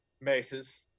maces